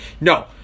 no